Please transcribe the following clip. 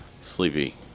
sleepy